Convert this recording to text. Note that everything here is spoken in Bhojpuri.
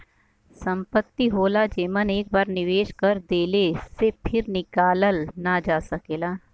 संपत्ति होला जेमन एक बार निवेस कर देले से फिर निकालल ना जा सकेला